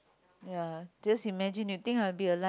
ya just imagine you think I'll be alive